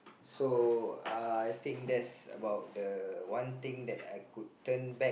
so uh I think that's about the one thing that I could turn back